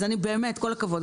אז באמת כל הכבוד.